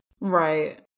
Right